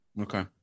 Okay